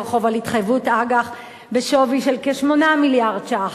חוב על התחייבות אג"ח בשווי של כ-8 מיליארד ש"ח.